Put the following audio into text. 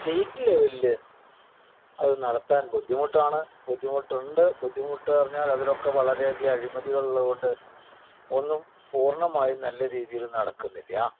State ലെവലിൽ അത് നടത്താൻ ബുദ്ധിമുട്ടാണ് ബുദ്ധിമുട്ടുണ്ട് ബുദ്ധിമുട്ടെന്നുപറഞ്ഞാൽ അതിനൊക്കെ വളരെയധികം അഴിമതികളുള്ളതുകൊണ്ട് ഒന്നും പൂർണമായും നല്ലരീതിയിൽ നടക്കുന്നില്ല